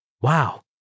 Wow